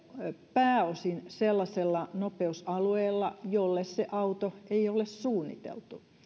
pääosin sellaisella nopeusalueella jolle se auto ei ole suunniteltu